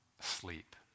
sleep